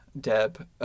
Deb